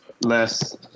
Less